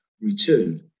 return